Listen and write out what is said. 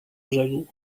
brzegu